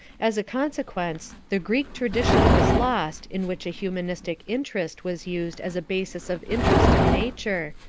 as a consequence, the greek tradition was lost in which a humanistic interest was used as a basis of interest in nature,